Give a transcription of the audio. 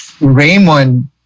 Raymond